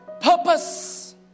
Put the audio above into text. purpose